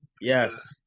yes